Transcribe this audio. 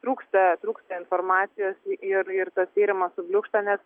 trūksta trūksta informacijos ir ir tas tyrimas subliūkšta nes